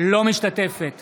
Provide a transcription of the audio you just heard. אינה משתתפת